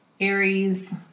Aries